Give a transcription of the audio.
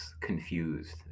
confused